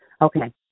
Okay